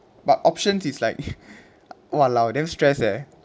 but options it's like !walao! damn stress leh